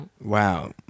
Wow